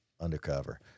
undercover